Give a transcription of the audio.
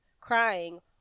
crying